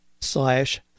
slash